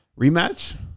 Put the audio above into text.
Rematch